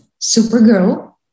Supergirl